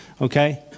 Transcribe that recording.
Okay